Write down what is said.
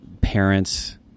parents